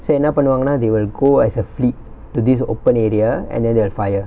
சரி என்ன பண்ணுவாங்கனா:sari enna pannuvaanganaa they will go as a fleet to this open area and then they'll fire